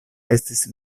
estis